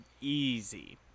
easy